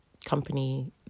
company